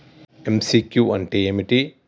MCQ అంటే ఏమిటి?